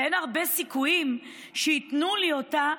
ואין הרבה סיכויים שייתנו לי אותה,